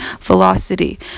velocity